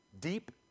deep